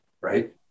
Right